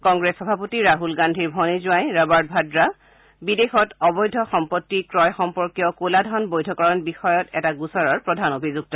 কংগ্ৰেছ সভাপতি ৰাছল গান্ধীৰ ভনীজোঁৱাই ৰবাৰ্ট ভাদ্ৰা বিদেশত অবৈধ সম্পত্তি ক্ৰয় সম্পৰ্কীয় কলাধন বৈধকৰণ বিষয়ত এটা গোচৰৰ প্ৰধান অভিযুক্ত